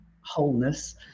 wholeness